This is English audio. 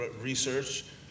research